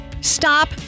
Stop